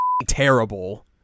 terrible